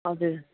हजुर